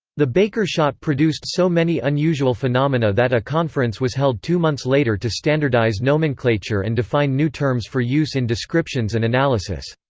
the baker shot produced so many unusual phenomena that a conference was held two months later to standardize nomenclature and define new terms for use in descriptions and analysis.